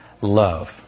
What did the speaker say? love